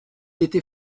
était